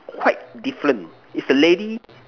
quite different is a lady